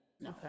okay